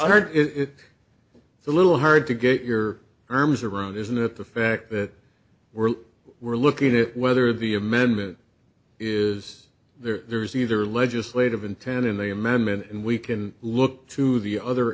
it's hard it's it's a little hard to get your arms around isn't it the fact that we're we're looking at whether the amendment is there's either legislative intent in the amendment and we can look to the other